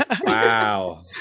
Wow